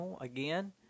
again